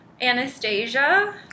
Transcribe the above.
Anastasia